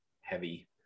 heavy